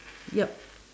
yup